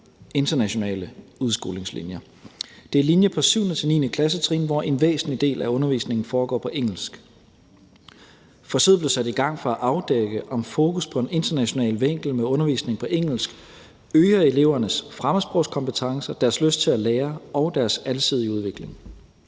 internationale udskolingslinjer. Det er linjer på 7.-9. klassetrin, hvor en væsentlig del af undervisningen foregår på engelsk. Forsøget blev sat i gang for at afdække, om et fokus på en international vinkel med undervisning på engelsk øger elevernes fremmedsprogskompetencer, deres lyst til at lære og deres alsidige udvikling.